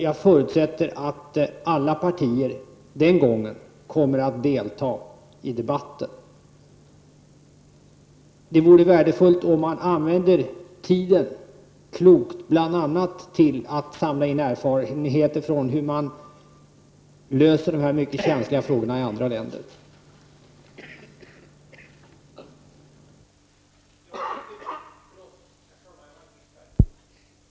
Jag förutsätter att alla partier den gången kommer att delta i debatten. Det vore värdefullt om tiden kunde användas klokt, bl.a. till att samla in erfarenheter från hur man löser de här mycket känsliga frågorna i andra länder.